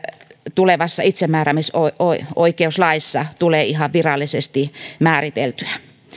tulevassa itsemääräämisoikeuslaissa tulee ihan virallisesti määriteltyä